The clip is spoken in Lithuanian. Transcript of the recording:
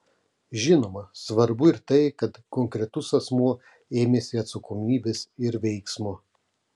žinoma svarbu ir tai kad konkretus asmuo ėmėsi atsakomybės ir veiksmo